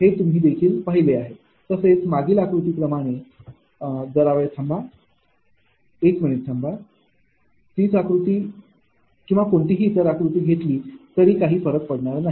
तर हे तुम्ही देखील पाहिले आहे आणि तसेच मागील आकृती प्रमाणे जरा वेळ थांबा एक मिनिट थांबा तीच आकृती किंवा कोणतीही इतर आकृती घेतली तरी काही फरक पडणार नाही